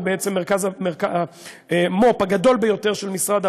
הוא בעצם המו"פ הגדול ביותר של משרד המדע,